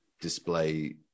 display